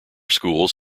schools